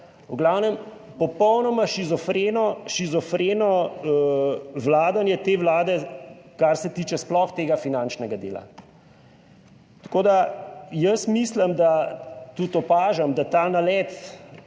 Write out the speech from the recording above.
v glavnem, popolnoma shizofreno. Shizofreno vladanje te Vlade, kar se tiče sploh tega finančnega dela. Tako da, jaz mislim, da tudi opažam, da ta nalet